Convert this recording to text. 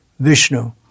Vishnu